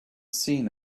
seen